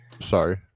Sorry